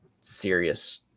serious